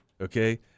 okay